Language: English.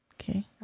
Okay